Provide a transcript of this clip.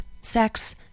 sex